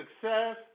success